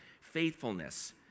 faithfulness